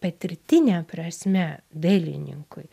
patirtine prasme dailininkui